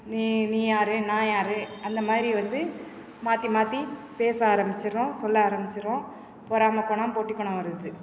நீ நீ யார் நான் யார் அந்தமாதிரி வந்து மாற்றி மாற்றி பேச ஆரம்பிச்சிடுறோம் சொல்ல ஆரம்பிச்சிடுறோம் பொறாமை குணம் போட்டி குணம் வருது